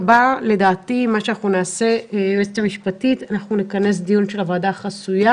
לדעתי הדבר הבא שנעשה זה לכנס דיון של הוועדה החסויה